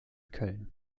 köln